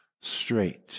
straight